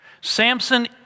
Samson